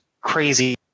crazy